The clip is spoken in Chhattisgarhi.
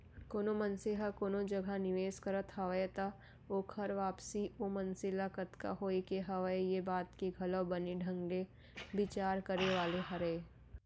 कोनो मनसे ह कोनो जगह निवेस करत हवय त ओकर वापसी ओ मनसे ल कतका होय के हवय ये बात के घलौ बने ढंग ले बिचार करे वाले हरय